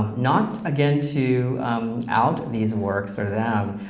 not again to out these works or them,